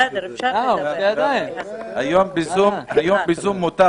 היום ב-ZOOM אפשר